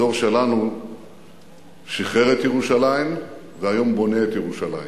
הדור שלנו שחרר את ירושלים והיום הוא בונה את ירושלים.